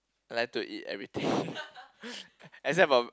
I like to eat everything except for